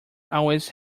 always